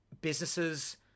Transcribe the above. businesses